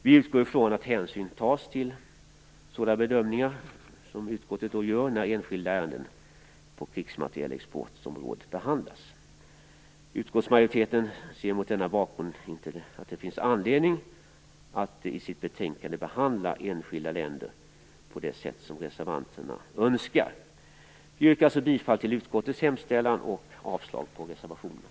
Vi utgår från att hänsyn tas till sådana bedömningar av utskottet när enskilda ärenden på krigsmaterielexportområdet behandlas. Utskottsmajoriteten ser mot denna bakgrund inte att det finns anledning att i sitt betänkande behandla enskilda länder på det sätt reservanterna önskar. Jag yrkar alltså bifall till utskottets hemställan och avslag på reservationerna.